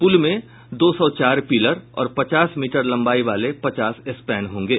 पुल में दो सौ चार पिलर और पचास मीटर लंबाई वाले पचास स्पैन होंगे